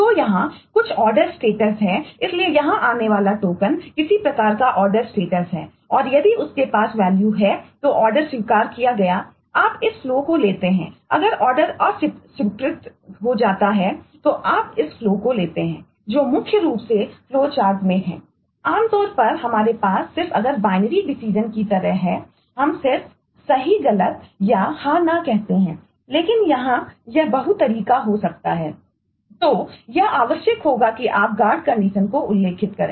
तो यहाँ कुछ ऑर्डर स्टेटस को उल्लिखित करें